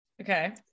Okay